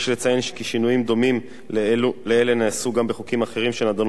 יש לציין כי שינויים דומים לאלה נעשו גם בחוקים אחרים שנדונו